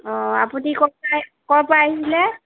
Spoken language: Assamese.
অঁ আপুনি ক'ৰপৰা ক'ৰপৰা আহিলে